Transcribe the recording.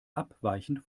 abweichend